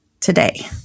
today